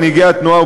מנהיגי התנועה,